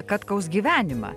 katkaus gyvenimą